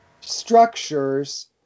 structures